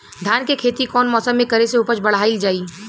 धान के खेती कौन मौसम में करे से उपज बढ़ाईल जाई?